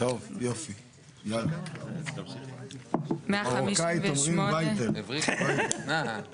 ואת תחשבי איתי ביחד, שאנחנו נפתח את הישיבה